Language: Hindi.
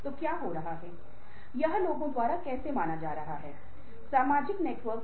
और अंतिम आयाम सामाजिक कौशल है